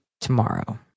tomorrow